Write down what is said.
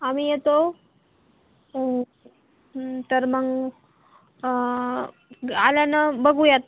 आम्ही येतो तर मग आल्यानं बघूयात